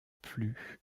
plus